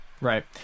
Right